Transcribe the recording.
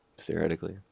Theoretically